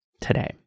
today